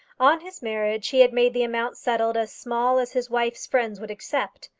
on his marriage he had made the amount settled as small as his wife's friends would accept,